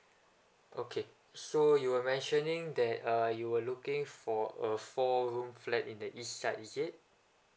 okay so you were mentioning that uh you were looking for a four room flat in the east side is it